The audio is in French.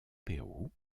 pérou